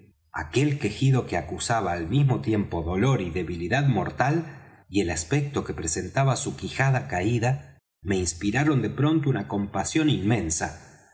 aquel quejido que acusaba al mismo tiempo dolor y debilidad mortal y el aspecto que presentaba su quijada caida me inspiraron de pronto una compasión inmensa